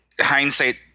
hindsight